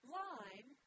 line